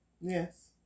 Yes